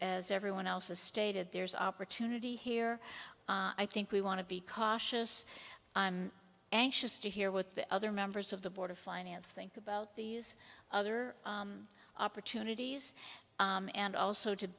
everyone else has stated there's opportunity here i think we want to be cautious i'm anxious to hear what the other members of the board of finance think about these other opportunities and also to